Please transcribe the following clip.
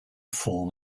form